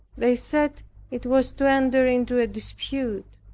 they said it was to enter into a dispute.